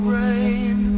rain